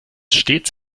stets